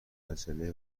عجله